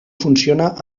funciona